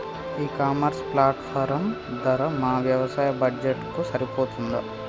ఈ e commerce platform ధర మా వ్యవసాయ బడ్జెట్ కు సరిపోతుందా?